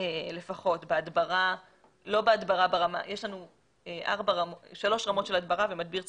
לפחות יש לנו שלוש רמות של הדברה ומדביר צבאי.